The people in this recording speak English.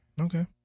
Okay